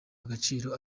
agaciro